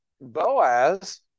Boaz